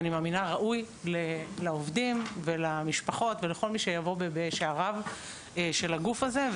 ואני מאמינה שראוי לעובדים ולמשפחות ולכל מי שיבוא בשעריו של הגוף הזה,